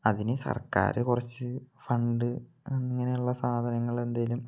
അതിന് സർക്കാർ കുറച്ച് ഫണ്ട് അങ്ങനെ ഉള്ള സാധനങ്ങൾ എന്തേലും